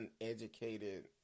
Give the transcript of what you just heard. uneducated